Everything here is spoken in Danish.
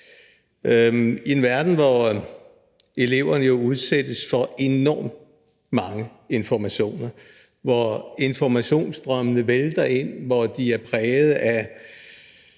I en verden, hvor eleverne jo udsættes for enormt mange informationer, hvor informationsstrømmene vælter ind, hvor de er præget af,